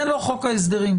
זה לא חוק ההסדרים.